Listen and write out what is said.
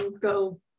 go